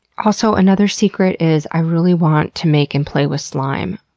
also, another secret is i really want to make and play with slime,